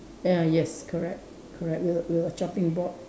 ah yes correct correct we have we have a chopping board